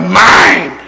mind